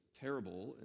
terrible